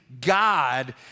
God